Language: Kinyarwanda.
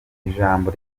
ijambo